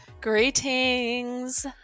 Greetings